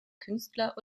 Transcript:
künstler